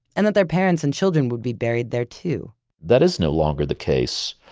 and that their parents and children would be buried there too that is no longer the case.